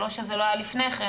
לא שזה לא היה לפני כן,